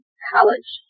College